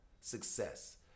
success